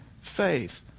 faith